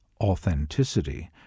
Authenticity